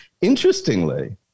interestingly